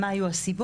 מה היו הסיבות,